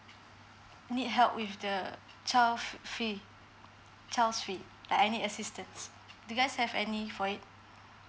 need help with the child fee child's fee like I need any assistance do you guys have any for it